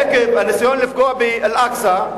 עקב הניסיון לפגוע באל-אקצא,